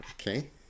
Okay